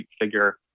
figure